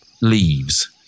leaves